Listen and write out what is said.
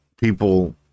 people